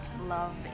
love